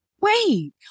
Wait